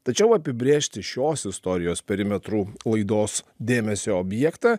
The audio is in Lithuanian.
tačiau apibrėžti šios istorijos perimetrų laidos dėmesio objektą